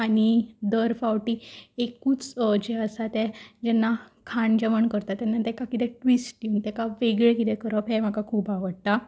आनी दर फावटी एकूच जें आसा तें जेन्ना खाण जेवण करता तेन्ना तेका कितें ट्विस्ट तेका कितें वेगळें कितें करप हें म्हाका खूब आवडटा